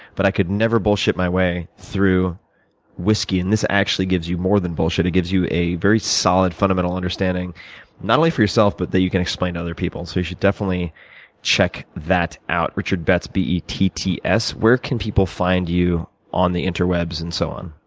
but i could never bullshit my way through whiskey. and this actually gives you more than bullshit. it gives you a very solid, fundamental understanding not only for yourself but that you can explain to other people. so you should definitely check that out. richard betts, b e t t s. where can people find you on the inter webs and so on?